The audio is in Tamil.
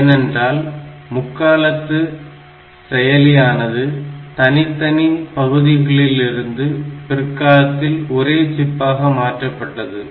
ஏனென்றால் முற்காலத்து செயலியானது தனித்தனி பகுதிகளிலிருந்து பிற்காலத்தில் ஒரே சிப்பாக மாற்றப்பட்டது